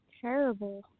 Terrible